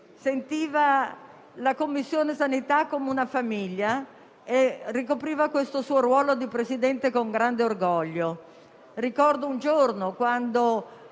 Sentiva la Commissione sanità come una famiglia e ricopriva questo suo ruolo di Presidente con grande orgoglio. Ricordo un giorno, quando